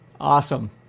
awesome